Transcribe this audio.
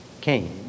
came